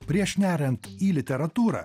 prieš neriant į literatūrą